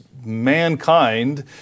mankind